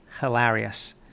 hilarious